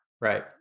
right